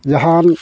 ᱡᱟᱦᱟᱱ